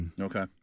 Okay